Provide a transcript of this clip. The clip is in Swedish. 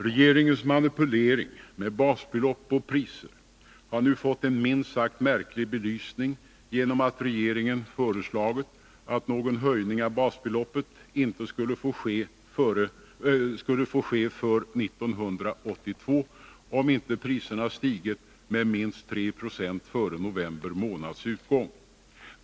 Regeringens manipulering med basbelopp och priser har nu fått en minst sagt märklig belysning genom att regeringen föreslagit att någon höjning av basbeloppet inte skall få ske för 1982, om inte priserna stigit med minst 3 Zo före november månads utgång.